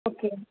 okay